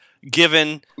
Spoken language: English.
Given